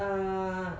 uh